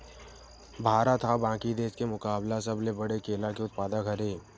भारत हा बाकि देस के मुकाबला सबले बड़े केला के उत्पादक हरे